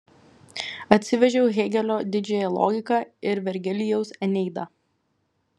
atsivežiau hėgelio didžiąją logiką ir vergilijaus eneidą